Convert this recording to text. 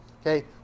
Okay